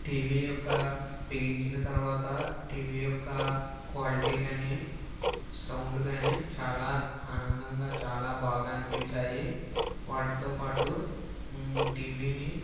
TV యొక్క బిగించిన తర్వాత టీవీ యొక్క క్వాలిటి కాని సౌండ్ కాని చాలా ఆనందంగా చాలా బాగా అనిపించాయి వాటితోపాటు టీవీని